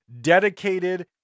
dedicated